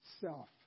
self